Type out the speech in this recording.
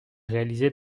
réalisée